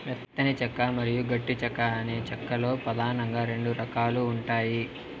మెత్తని చెక్క మరియు గట్టి చెక్క అని చెక్క లో పదానంగా రెండు రకాలు ఉంటాయి